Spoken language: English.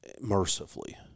mercifully